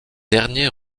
derniers